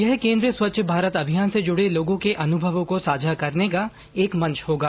यह केन्द्र स्वच्छ भारत अभियान से जुड़े लोगों के अनुभवों को साझा करने का एक मंच होगा